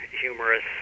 humorous